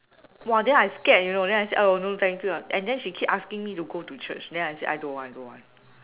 !wah! then I scared you know then I said oh no thank you ah and then she keep asking me to go to church then I said I don't want I don't want